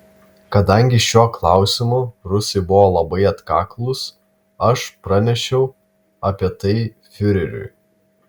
kadangi šiuo klausimu rusai buvo labai atkaklūs aš pranešiau apie tai fiureriui